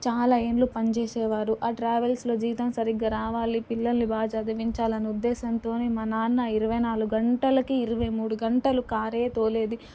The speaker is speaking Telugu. చాల ఏళ్ళు పని చేసేవారు ఆ ట్రావెల్స్లో జీతం సరిగ్గా రావాలి పిల్లలని బాగా చదివించాలనే ఉద్దేశంతోనే మా నాన్న ఇరవై నాలుగు గంటలకి ఇరవై మూడు గంటలు కారే తోలేది